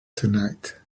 tonight